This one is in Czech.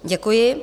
Děkuji.